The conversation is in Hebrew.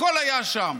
הכול היה שם.